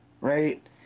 right